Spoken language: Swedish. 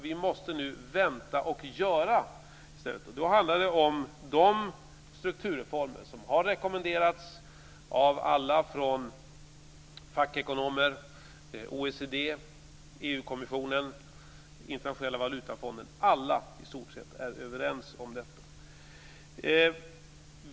Vi måste nu i stället vänta och göra, och det handlar då om de strukturreformer som har rekommenderats av alla, från fackekonomer till OECD, EG stort sett alla är överens om dessa.